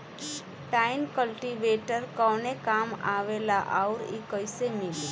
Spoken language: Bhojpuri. टाइन कल्टीवेटर कवने काम आवेला आउर इ कैसे मिली?